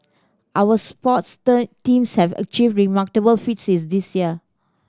our sports term teams have achieved remarkable feats this year